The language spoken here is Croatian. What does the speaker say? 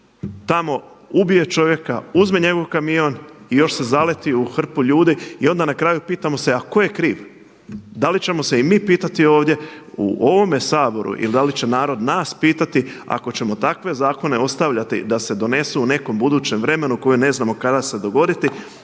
tamo ubije čovjeka, uzme njegov kamion i još se zaleti u hrpu ljudi. I onda na kraju pitamo se, a tko je kriv? Da li ćemo se i mi pitati ovdje u ovome Saboru ili da li će narod nas pitati ako ćemo takve zakone ostavljati da se donesu u nekom budućem vremenu koje ne znamo kada se će se dogoditi,